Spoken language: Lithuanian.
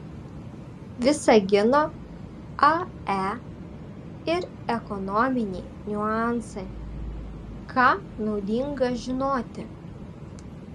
visagino ae ir ekonominiai niuansai ką naudinga žinoti